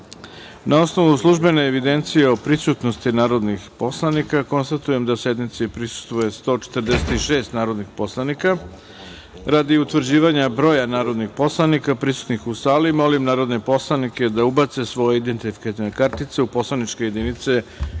osnovu službene evidencije o prisutnosti narodnih poslanika, konstatujem da sednici prisustvuje 146 narodnih poslanika. Radi utvrđivanja broja narodnih poslanika prisutnih u sali, molim narodne poslanike da ubace svoje identifikacione kartice u poslaničke jedinice